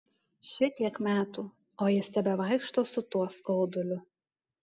šitiek metų o jis tebevaikšto su tuo skauduliu